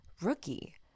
rookie